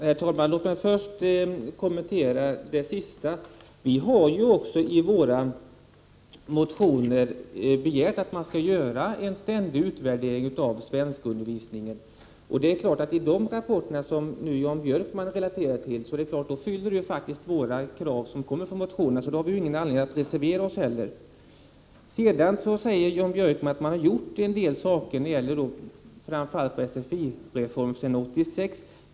Herr talman! Låt mig först kommentera det sist sagda. Vi har i våra motioner begärt att man skall göra en ständig utvärdering av svenskundervisningen. De rapporter som Jan Björkman nu har relaterat fyl — Prot. 1989/90:36 ler de krav vi ställt i motionerna, och vi har då heller ingen anledning att 30 november 1990 reservera OSS. TE GT ag SE EES Jan Björkman säger att om man har gjort en hel del reformer av sfi sedan år 1986.